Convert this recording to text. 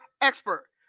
expert